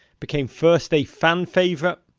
became first a fan favorite,